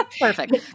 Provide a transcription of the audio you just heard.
perfect